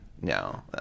No